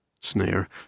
Snare